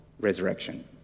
resurrection